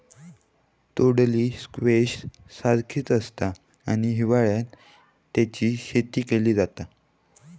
तोंडली स्क्वैश सारखीच आसता आणि हिवाळ्यात तेची शेती केली जाता